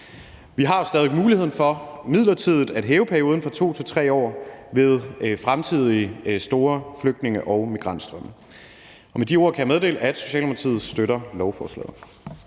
Vi har jo stadig væk mulighed for midlertidigt at hæve perioden fra 2 til 3 år ved fremtidige store flygtninge- og migrantstrømme. Med de ord kan jeg meddele, at Socialdemokratiet støtter lovforslaget.